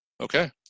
Okay